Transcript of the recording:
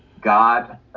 god